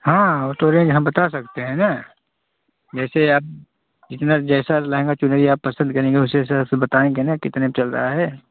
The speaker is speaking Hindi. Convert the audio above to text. हाँ वो तो रेंज हम बता सकते हैं ना जैसे आप जितना जैसा लहंगा चुनरी आप पसंद करेंगी वैसे हिसाब से बताएँगे ना कितने चल रहा है